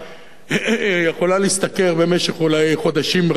יכולה להשתכר במשך אולי חודשים רבים.